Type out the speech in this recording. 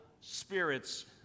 spirits